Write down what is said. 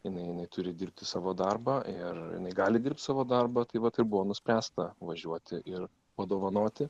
jinai jinai turi dirbti savo darbą ir jinai gali dirbt savo darbą tai vat ir buvo nuspręsta važiuoti ir padovanoti